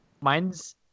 Mine's